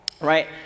right